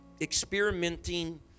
experimenting